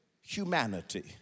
humanity